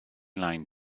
line